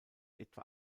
etwa